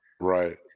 Right